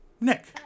Nick